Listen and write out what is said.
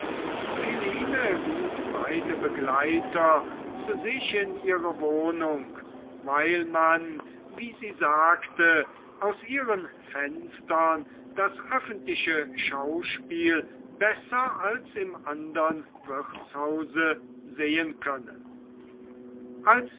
lud beide begleiter zu sich in ihre wohnung weil man wie sie sagte aus ihren fenstern das öffentliche schauspiel besser als im andern wirtshause sehen könne als